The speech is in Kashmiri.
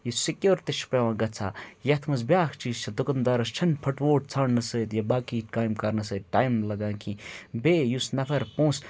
یہِ سِکیور تہِ چھُ پیٚوان گژھان یَتھ منٛز بیٛاکھ چیٖز چھِ دُکن دارَس چھَنہٕ پھٕٹووٹ ژھانٛڈنہٕ سۭتۍ یا باقٕے کامہِ کَرنہٕ سۭتۍ ٹایم لَگان کینٛہہ بیٚیہِ یُس نَفَر پونٛسہٕ